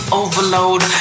overload